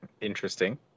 Interesting